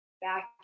back